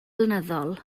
flynyddol